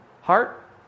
Heart